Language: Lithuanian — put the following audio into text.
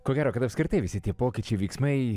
ko gero apskritai visi tie pokyčiai veiksmai